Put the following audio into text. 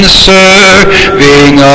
serving